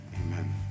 amen